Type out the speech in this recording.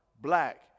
black